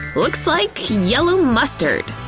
looks like yellow mustard!